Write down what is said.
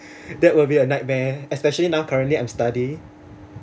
that will be a nightmare especially now currently I'm study